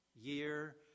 year